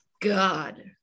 God